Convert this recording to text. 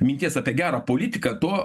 minties apie gerą politiką tuo